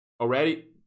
already